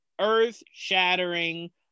earth-shattering